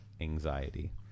anxiety